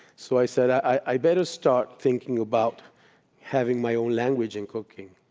so i said, i better start thinking about having my own language in cooking.